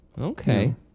Okay